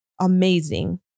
amazing